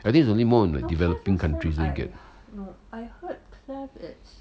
I think is only more on developing countries then get